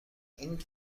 این